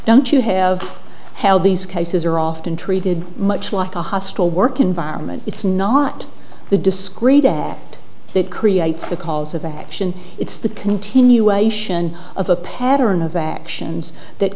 don't you have held these cases are often treated much like a hostile work environment it's not the discrete that creates the calls of action it's the continuation of a pattern of actions that